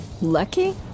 Lucky